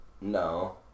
No